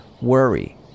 worry